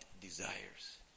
desires